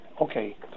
okay